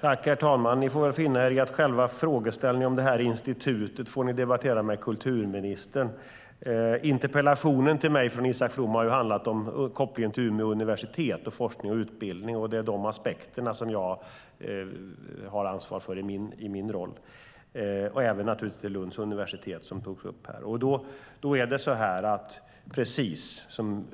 Herr talman! Ni får finna er i att debattera själva frågeställningen om institutet med kulturministern. Interpellationen till mig från Isak From handlar ju om kopplingen mellan Umeå universitet och Lunds universitet och forskning och utbildning. Det är de aspekterna som jag har ansvar för i min roll. Precis som